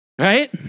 Right